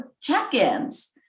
check-ins